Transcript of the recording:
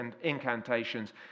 incantations